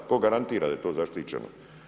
Tko garantira da je to zaštićeno?